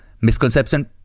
misconception